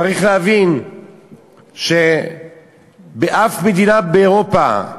צריך להבין שבאף מדינה באירופה,